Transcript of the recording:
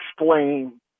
explain